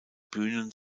bühnen